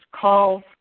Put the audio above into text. calls